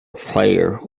player